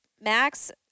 Max